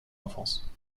enfance